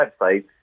websites